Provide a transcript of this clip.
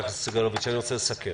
אני רוצה לסכם.